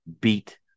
beat